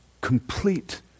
Complete